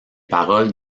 paroles